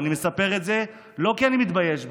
ואני מספר את זה לא כי אני מתבייש בו,